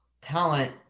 talent